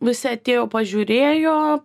visi atėjo pažiūrėjo